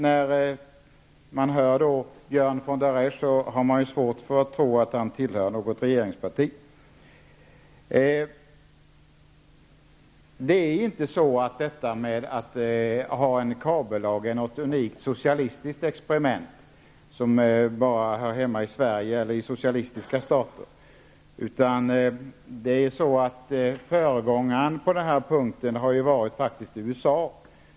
När jag hör Björn von der Esch har jag svårt att tro att han tillhör något regeringsparti. Detta med en kabellag är inte något unikt socialistiskt experiment, som bara hör hemma i Sverige eller i socialistiska stater. Föregångaren på det här området har faktiskt varit USA.